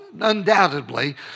undoubtedly